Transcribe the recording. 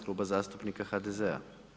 Kluba zastupnika HDZ-a.